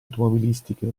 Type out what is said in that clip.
automobilistiche